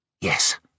Yes